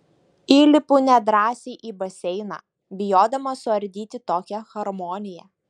įlipu nedrąsiai į baseiną bijodama suardyti tokią harmoniją